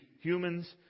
humans